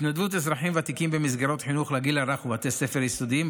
התנדבות אזרחים ותיקים במסגרות חינוך לגיל הרך ובתי ספר יסודיים,